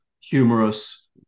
humorous